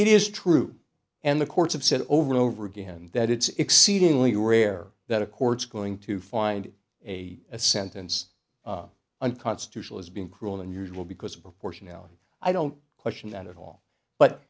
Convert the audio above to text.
it is true and the courts have said over and over again that it's exceedingly rare that a court's going to find a sentence unconstitutional as being cruel and unusual because of proportionality i don't question that at all but